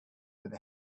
with